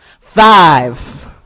Five